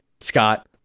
Scott